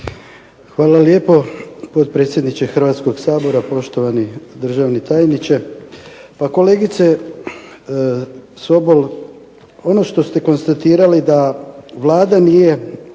Hvala lijepo gospodine potpredsjedniče Hrvatskoga sabora, poštovani državni tajniče. Pa kolegice Sobol ono što ste konstatirali da Vlada nije